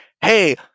hey